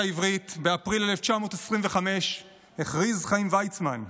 העברית באפריל 1925 הכריז חיים ויצמן: